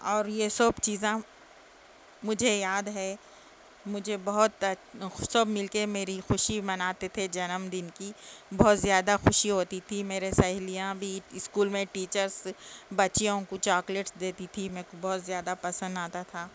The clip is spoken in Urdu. اور یہ سب چیزاں مجھے یاد ہے مجھے بہت سب مل کے میری خوشی مناتے تھے جنم دن کی بہت زیادہ خوشی ہوتی تھی میرے سہیلیاں بھی اسکول میں ٹیچرس بچیوں کو چاکلیٹس دیتی تھی میرے کو بہت زیادہ پسند آتا تھا